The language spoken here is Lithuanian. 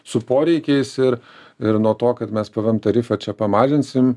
su poreikiais ir ir nuo to kad mes pvm tarifą čia pamažinsim